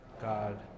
God